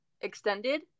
extended